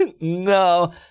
No